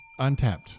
untapped